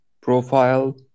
profile